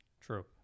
True